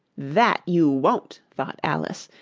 that you won't thought alice,